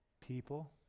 People